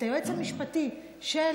את היועץ המשפטי של